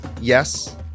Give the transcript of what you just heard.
Yes